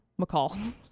McCall